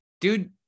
dude